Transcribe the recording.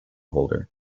holder